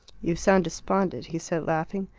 you sound despondent, he said, laughing.